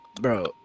bro